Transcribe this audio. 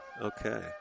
Okay